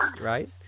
right